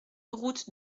route